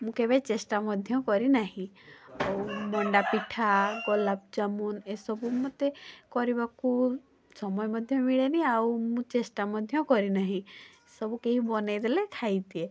ମୁଁ କେବେ ଚେଷ୍ଟା ମଧ୍ୟ କରିନାହିଁ ଆଉ ମଣ୍ଡା ପିଠା ଗୋଲାପ ଜାମୁନ୍ ଏସବୁ ମୋତେ କରିବାକୁ ସମୟ ମଧ୍ୟ ମିଳେନି ଆଉ ମୁଁ ଚେଷ୍ଟା ମଧ୍ୟ କରିନାହିଁ ସବୁ କେହି ବନେଇଦେଲେ ଖାଇଦିଏ